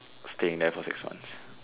staying there for six months